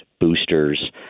boosters